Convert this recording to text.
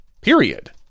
period